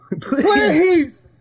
Please